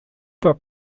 but